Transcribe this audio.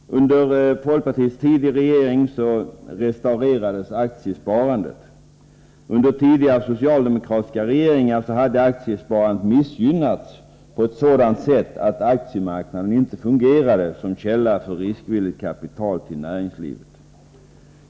Under folkpartiets tid i regeringen restaurerades aktiesparandet. Under tidigare socialdemokratiska regeringar hade aktiesparandet missgynnats på ett sådant sätt att aktiemarknaden inte fungerade som källa för riskvilligt kapital till näringslivet.